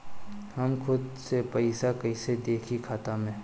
हम खुद से पइसा कईसे देखी खाता में?